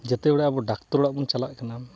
ᱡᱟᱛᱮ ᱵᱟᱲᱮ ᱰᱟᱠᱛᱟᱨ ᱚᱲᱟᱜ ᱵᱚᱱ ᱪᱟᱞᱟᱜ ᱠᱟᱱᱟ